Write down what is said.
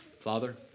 Father